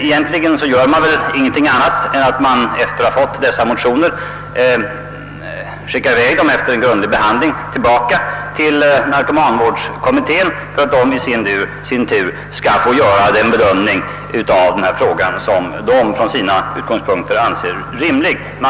Egentligen gör man inget annat än att efter en grundlig behandling skicka i väg frågan till narkomanvårdskommittén för att denna i sin tur skall få göra den bedömning av frågan som från dess utgångspunkter anses rimlig.